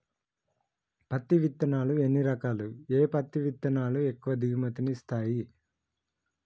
పత్తి విత్తనాలు ఎన్ని రకాలు, ఏ పత్తి విత్తనాలు ఎక్కువ దిగుమతి ని ఇస్తాయి?